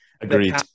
Agreed